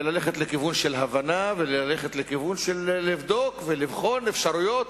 ללכת לכיוון של הבנה ושל בדיקה ובחינה של אפשרויות